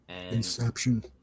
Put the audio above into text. Inception